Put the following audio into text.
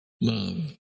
love